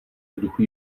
vzduchu